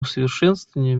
усовершенствования